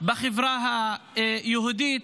בחברה היהודית,